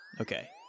Okay